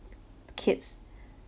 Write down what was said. kids